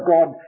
God